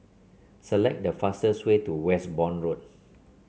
select the fastest way to Westbourne Road